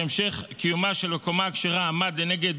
שהמשך קיומה של הקומה הכשרה עמד לנגד